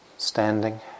Standing